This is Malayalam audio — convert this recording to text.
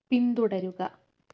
പിന്തുടരുക